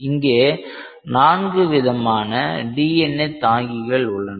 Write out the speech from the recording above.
இங்கே நான்கு விதமான DNA தாங்கிகள் உள்ளன